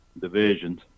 divisions